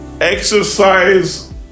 exercise